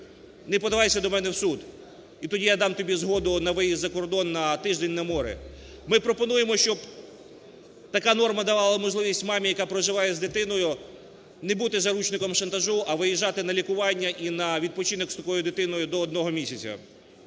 не подавай на мене в суд, і тоді я дам тобі згоду на виїзд за кордон на тиждень на море. Ми пропонуємо, щоб така норма давала можливість мамі, яка проживає з дитиною, не бути заручником шантажу, а виїжджати на лікування і на відпочинок з такою дитиною до одного місяця.